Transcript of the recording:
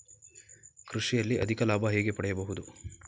ಕೃಷಿಯಲ್ಲಿ ಅಧಿಕ ಲಾಭ ಹೇಗೆ ಪಡೆಯಬಹುದು?